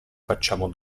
facciamo